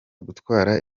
gutwara